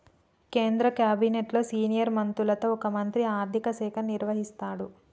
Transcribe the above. కేంద్ర క్యాబినెట్లో సీనియర్ మంత్రులలో ఒక మంత్రి ఆర్థిక శాఖను నిర్వహిస్తాడు